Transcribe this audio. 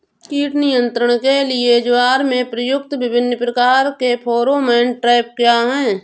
कीट नियंत्रण के लिए ज्वार में प्रयुक्त विभिन्न प्रकार के फेरोमोन ट्रैप क्या है?